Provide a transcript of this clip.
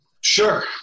Sure